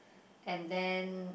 and then